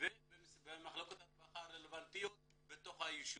ובמחלקות הרווחה הרלוונטיות בתוך היישובים.